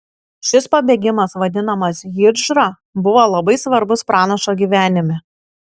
šis pabėgimas vadinamas hidžra buvo labai svarbus pranašo gyvenime